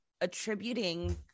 attributing